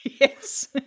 Yes